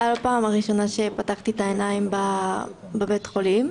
בפעם הראשונה שפתחתי את העיניים בבית החולים,